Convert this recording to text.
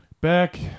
back